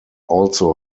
also